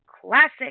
classic